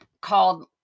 called